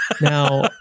Now